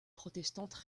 protestante